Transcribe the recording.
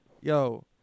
Yo